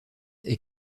est